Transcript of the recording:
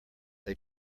they